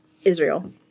Israel